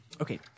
Okay